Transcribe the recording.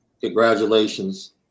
Congratulations